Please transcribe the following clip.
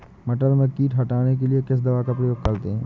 मटर में कीट हटाने के लिए किस दवा का प्रयोग करते हैं?